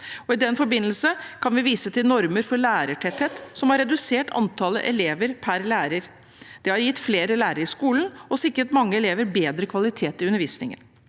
I den forbindelse kan vi vise til normer for lærertetthet, som har redusert antallet elever per lærer. Det har gitt flere lærere i skolen og sikret mange elever bedre kvalitet i undervisningen.